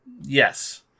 Yes